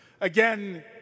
Again